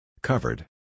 Covered